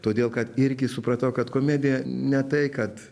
todėl kad irgi supratau kad komedija ne tai kad